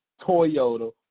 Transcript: Toyota